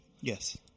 Yes